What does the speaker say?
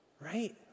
Right